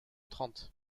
trente